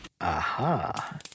Aha